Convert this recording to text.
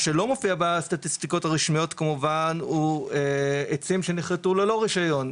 מה שלא מופיע בסטטיסטיקות הרשמיות כמובן הוא עצים שנכרתו ללא רישיון.